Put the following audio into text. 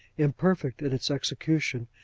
imperfect in its execution,